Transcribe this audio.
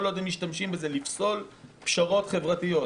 כל עוד הם משתמשים בזה לפסול פשרות חברתיות,